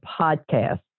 podcast